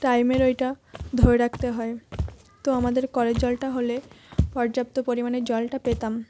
টাইমের ওইটা ধরে রাখতে হয় তো আমাদের করের জলটা হলে পর্যাপ্ত পরিমাণে জলটা পেতাম